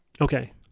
Okay